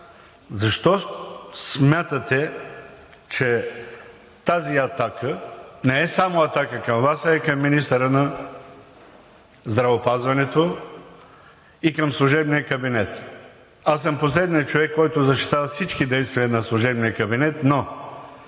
защо смятаме, че тази атака не е само атака към Вас, а и към министъра на здравеопазването, и към служебния кабинет? Аз съм последният човек, който защитава всички действия на служебния кабинет, но